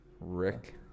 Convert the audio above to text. Rick